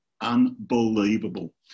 Unbelievable